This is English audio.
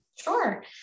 sure